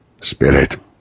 Spirit